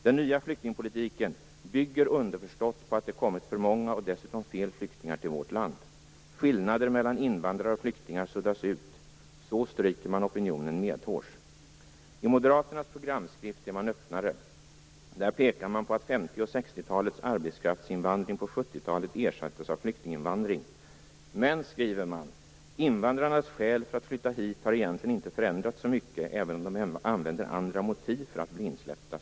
Den nya flyktingpolitiken bygger underförstått på att det kommit för många och dessutom fel flyktingar till vårt land. Skillnader mellan invandrare och flyktingar suddas ut. Så stryker man opinionen medhårs. I moderaternas programskrift är man öppnare. Där pekar man på att 50 och 60-talets arbetskraftsinvandring ersattes av flyktinginvandring på 70-talet. "Men", skriver man, "invandrarnas skäl för att flytta hit har egentligen inte förändrats så mycket, även om de använder andra motiv för att bli insläppta".